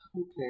Okay